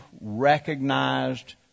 recognized